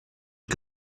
che